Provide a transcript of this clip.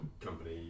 company